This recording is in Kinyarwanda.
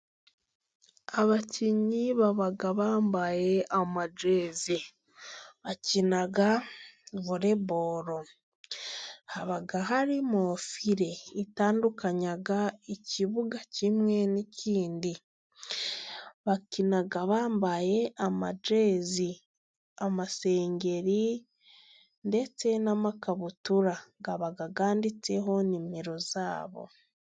Abakinnyi baba bambaye amajezi. Bakina voreboro. Haba harimo file itandukanya ikibuga kimwe n'ikindi. Bakina bambaye amajezi, amasengeri ndetse n'amakabutura, aba yanditseho nimero zabo.